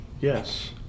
Yes